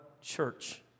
church